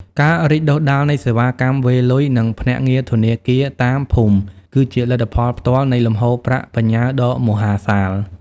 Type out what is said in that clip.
ការរីកដុះដាលនៃសេវាកម្មវេរលុយ និងភ្នាក់ងារធនាគារតាមភូមិ គឺជាលទ្ធផលផ្ទាល់នៃលំហូរប្រាក់បញ្ញើដ៏មហាសាល។